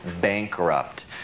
bankrupt